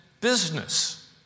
business